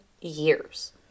years